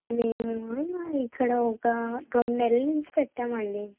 మేమా ఇక్కడ ఒక రెండు నెలల నించి పెట్టామండి